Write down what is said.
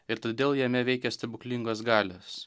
ir todėl jame veikia stebuklingos galios